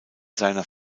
seiner